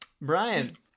Brian